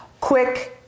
Quick